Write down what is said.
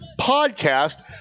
Podcast